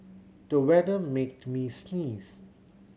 the weather made me sneeze